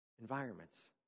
environments